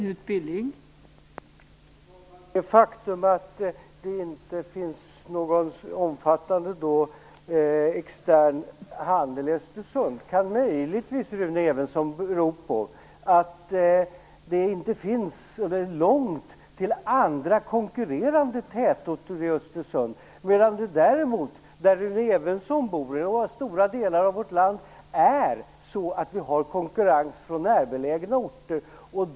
Fru talman! Det faktum att det inte finns någon omfattande extern handel i Östersund kan möjligtvis bero på att det är långt till andra, konkurrerande tätorter. Där Rune Evensson bor och i stora delar av vårt land har vi konkurrens från närbelägna orter.